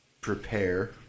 prepare